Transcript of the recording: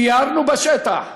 סיירנו בשטח,